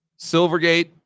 Silvergate